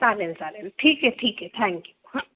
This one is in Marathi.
चालेल चालेल ठीक आहे ठीक आहे थँक्यू हां